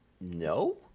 No